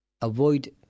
avoid